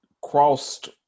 crossed